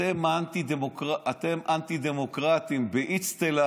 אתם אנטי-דמוקרטים באצטלה